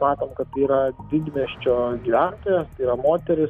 matome kad yra didmiesčio gyventoja yra moteris